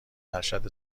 ارشد